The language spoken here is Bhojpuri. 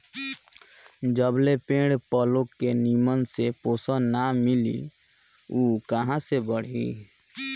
जबले पेड़ पलो के निमन से पोषण ना मिली उ कहां से बढ़ी